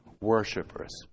Worshippers